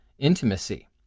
intimacy